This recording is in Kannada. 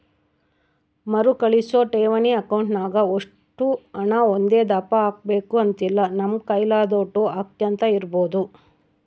ಮರುಕಳಿಸೋ ಠೇವಣಿ ಅಕೌಂಟ್ನಾಗ ಒಷ್ಟು ಹಣ ಒಂದೇದಪ್ಪ ಹಾಕ್ಬಕು ಅಂತಿಲ್ಲ, ನಮ್ ಕೈಲಾದೋಟು ಹಾಕ್ಯಂತ ಇರ್ಬೋದು